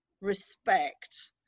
respect